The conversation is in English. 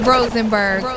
Rosenberg